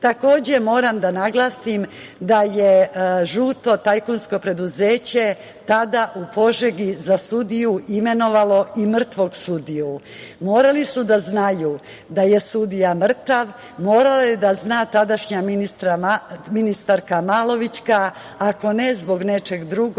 DS.Takođe, moram da naglasim da je žuto tajkunsko preduzeće tada u Požegi za sudiju imenovalo i mrtvog sudiju. Morali su da znaju da je sudija mrtav. Morala je da zna tadašnja ministarka Malović, ako ne zbog nečeg drugog